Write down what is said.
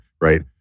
right